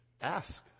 Ask